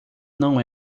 não